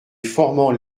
formant